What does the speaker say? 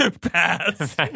Pass